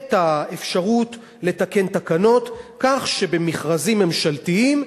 את האפשרות לתקן תקנות כך שבמכרזים ממשלתיים